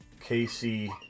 Casey